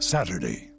Saturday